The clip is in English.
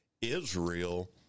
Israel